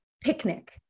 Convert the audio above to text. picnic